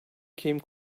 came